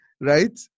right